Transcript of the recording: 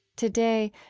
today,